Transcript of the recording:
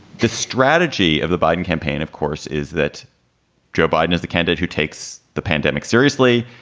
the strategy of the biden campaign, of course, is that joe biden is the candidate who takes the pandemic seriously.